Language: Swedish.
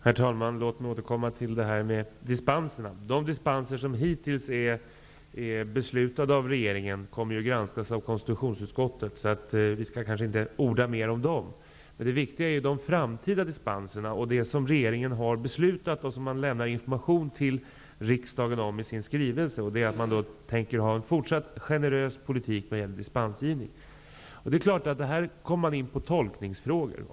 Herr talman! Låt mig återkomma till frågan om dispenser. De dispenser som regeringen hittills har fattat beslut om kommer att granskas av konstitutionsutskottet, så vi skall kanske inte orda mer om dem. Det viktiga är de framtida dispenserna och vad regeringen har beslutat om och lämnat information till riksdagen om i sin skrivelse. Det avser att man tänker ha en fortsatt generös politik när det gäller dispensgivning. Det är klart att man kommer in på tolkningsfrågor här.